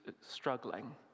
struggling